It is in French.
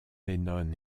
lennon